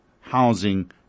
housing